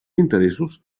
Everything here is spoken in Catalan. interessos